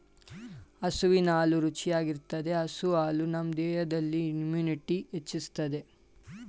ಹಸುವಿನ ಹಾಲು ರುಚಿಯಾಗಿರ್ತದೆ ಹಸು ಹಾಲು ನಮ್ ದೇಹದಲ್ಲಿ ಇಮ್ಯುನಿಟಿನ ಹೆಚ್ಚಿಸ್ತದೆ